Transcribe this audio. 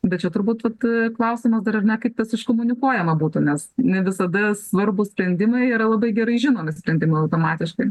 bet čia turbūt vat klausimas dar ar ne kaip tas iškomunikuojama būtų nes ne visada svarbūs sprendimai yra labai gerai žinomi sprendimai automatiškai